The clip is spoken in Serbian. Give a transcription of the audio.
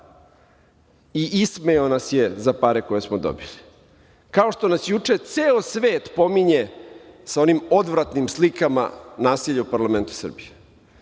i ismejao nas je za pare koje smo dobili, kao što nas juče ceo svet pominje sa onim odvratnim slikama nasilja u parlamentu Srbije. Ja